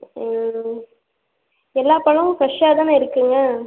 எல்லாப் பழமும் ஃப்ரெஷ்ஷாக தானே இருக்குங்க